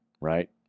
right